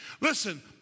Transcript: Listen